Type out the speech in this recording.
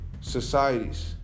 societies